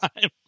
time